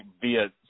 via